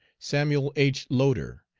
samuel h. loder,